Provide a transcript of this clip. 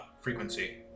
frequency